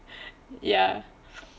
ya